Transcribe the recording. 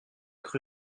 cru